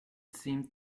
seemed